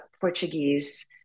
Portuguese